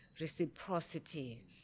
reciprocity